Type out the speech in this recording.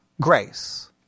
grace